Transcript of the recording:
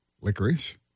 licorice